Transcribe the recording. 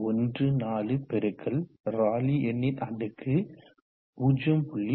14 பெருக்கல் ராலி எண்ணின் அடுக்கு 0